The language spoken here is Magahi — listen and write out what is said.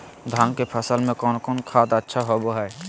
धान की फ़सल में कौन कौन खाद अच्छा होबो हाय?